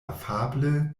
afable